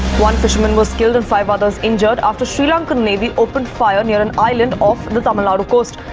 one fishermen was killed and five others injured after sri lankan navy opened fire near an island off the tamil nadu coast.